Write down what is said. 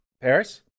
Paris